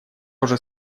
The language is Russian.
уже